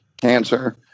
cancer